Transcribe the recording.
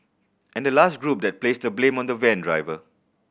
and the last group that placed the blame on the van driver